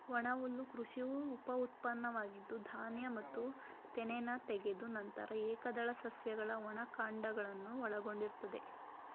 ಒಣಹುಲ್ಲು ಕೃಷಿ ಉಪಉತ್ಪನ್ನವಾಗಿದ್ದು ಧಾನ್ಯ ಮತ್ತು ತೆನೆನ ತೆಗೆದ ನಂತರ ಏಕದಳ ಸಸ್ಯಗಳ ಒಣ ಕಾಂಡಗಳನ್ನು ಒಳಗೊಂಡಿರ್ತದೆ